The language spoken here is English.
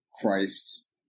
Christ